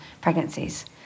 pregnancies